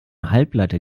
halbleiter